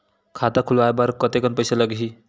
खाता खुलवाय बर कतेकन पईसा लगही?